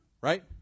Right